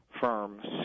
firms